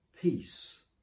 peace